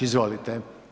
Izvolite.